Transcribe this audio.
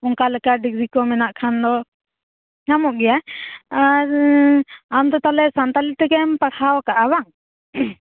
ᱚᱱᱠᱟ ᱞᱮᱠᱟ ᱰᱤᱜᱨᱤ ᱠᱚ ᱢᱮᱱᱟᱜ ᱠᱷᱟᱱᱫᱚ ᱧᱟᱢᱚᱜ ᱜᱮᱭᱟ ᱟᱨᱻ ᱟᱢᱫᱚ ᱛᱟᱦᱚᱞᱮ ᱥᱟᱱᱛᱟᱞᱤ ᱛᱮᱜᱮᱢ ᱯᱟᱲᱦᱟᱣ ᱟᱠᱟᱜ ᱼᱟ ᱵᱟᱝ